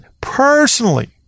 personally